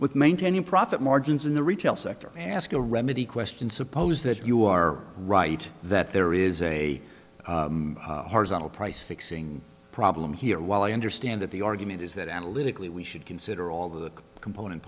with maintaining profit margins in the retail sector ask a remedy question suppose that you are right that there is a horizontal price fixing problem here while i understand that the argument is that analytically we should consider all the component